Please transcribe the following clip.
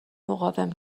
مقاوم